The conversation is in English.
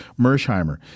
Mersheimer